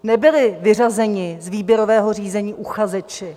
Nebyli vyřazeni z výběrového řízení uchazeči.